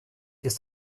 ist